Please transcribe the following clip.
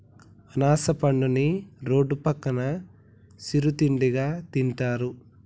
అనాస పండుని రోడ్డు పక్కన సిరు తిండిగా తింటారు